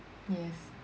yes